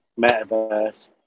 metaverse